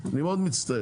רוצה, אני מאוד מצטער.